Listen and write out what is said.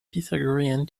pythagorean